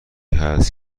هست